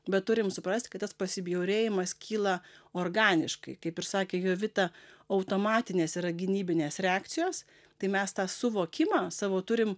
bet turim suprasti kad tas pasibjaurėjimas kyla organiškai kaip ir sakė jovita automatinės yra gynybinės reakcijos tai mes tą suvokimą savo turim